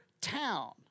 town